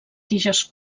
tiges